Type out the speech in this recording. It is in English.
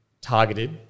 targeted